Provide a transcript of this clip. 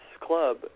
club